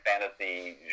fantasy